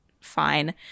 fine